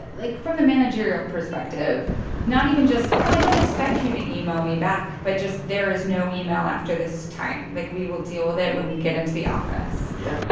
like from the managerial perspective not even just, oh, i don't expect you to email me back, but just, there is no email after this time. like, we will deal with it when we get into the office. yeah.